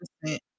percent